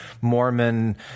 Mormon